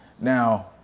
Now